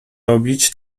robić